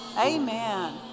Amen